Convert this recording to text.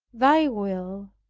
thy will,